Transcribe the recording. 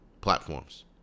platforms